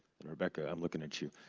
and rebecca, i'm looking at you.